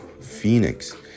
Phoenix